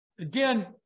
Again